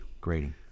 Grading